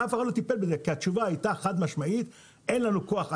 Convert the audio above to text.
ואף אחדל א טיפל בזה כי התשובה הייתה חד משמעית 'אין לנו כוח אדם'.